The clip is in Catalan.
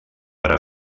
per